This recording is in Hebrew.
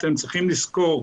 אתם צריכים לזכור,